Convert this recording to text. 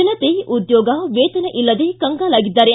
ಜನತೆ ಉದ್ಯೋಗ ವೇತನ ಇಲ್ಲದೆ ಕಂಗಾಲಾಗಿದ್ದಾರೆ